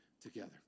together